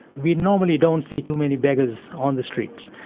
we normally don't see too many beggars on the streets.